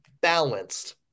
balanced